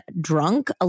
drunk